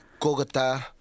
Kogata